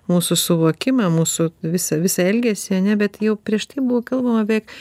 mūsų suvokimą mūsų visą visą elgesį ane bet jau prieš tai buvo kalbama apie